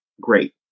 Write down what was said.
Great